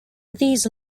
these